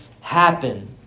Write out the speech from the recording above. happen